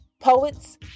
poets